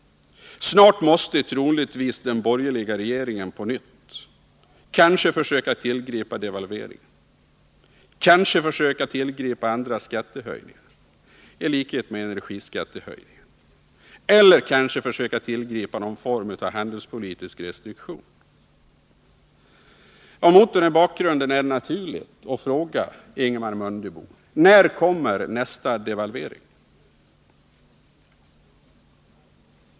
Snart måste troligtvis den borgerliga regeringen på nytt försöka tillgripa devalvering eller skattehöjningar — i likhet med energiskattehöjningarna — eller någon form av handelspolitisk restriktion. Mot denna bakgrund är det naturligt att fråga Ingemar Mundebo: När kommer nästa devalvering?